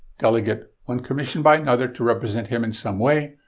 delegate, one commissioned by another to represent him in some way,